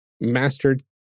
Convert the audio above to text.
mastered